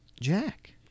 Jack